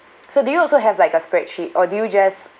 so do you also have like a spreadsheet or do you just